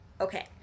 Okay